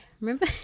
remember